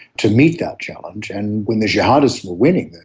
to meet that challenge. and when the jihadists were winning,